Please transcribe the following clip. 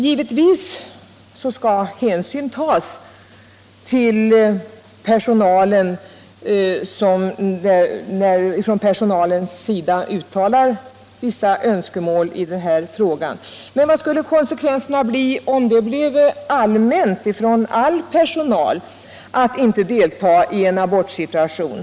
Givetvis skall hänsyn tas till den personal som uttalar vissa önskemål i denna fråga. Men vilka skulle konsekvenserna bli om det blev någonting allmänt att personalen inte deltog i en abortsituation?